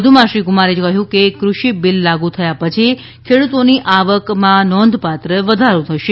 વધુમાં શ્રી કુમારે કહ્યું હતું કે કૃષિ બિલ લાગુ થયા પછી ખેડૂતોની આવકમાં નોંધપાત્ર વધારો થશે